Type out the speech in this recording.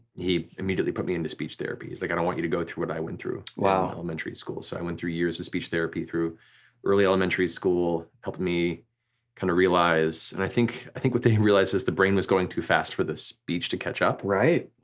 he immediately put me into speech therapy, he's like i don't want you to go through what i went through in elementary school, so i went through years with speech therapy through early elementary school, helping me kind of realize, and i think i think what they realized is the brain was going too fast for the speech to catch up. right.